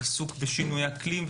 עיסוק בשינוי אקלים,